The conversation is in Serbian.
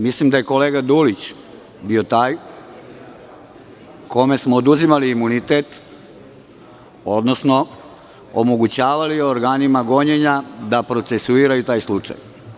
Mislim da je kolega Dulić bio taj kome smo oduzimali imunitet, odnosno omogućavali organima gonjenja da procesuiraju taj slučaj.